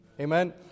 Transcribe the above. Amen